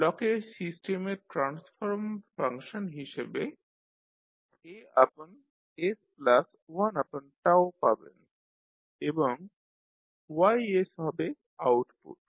ব্লকে সিস্টেমের transform function হিসেবে As1 পাবেন এবং Y হবে আউটপুট